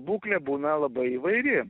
būklė būna labai įvairi